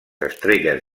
estrelles